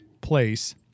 place